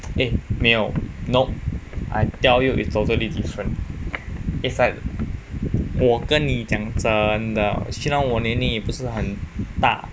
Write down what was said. eh 没有 no I tell you it's totally different it's like 我跟你真的虽然我年龄也不是很大